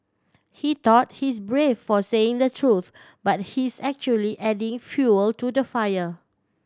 he thought he's brave for saying the truth but he's actually adding fuel to the fire